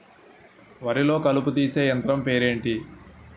వరి లొ కలుపు తీసే యంత్రం పేరు ఎంటి?